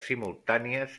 simultànies